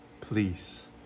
Please